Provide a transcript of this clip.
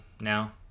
now